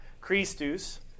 Christus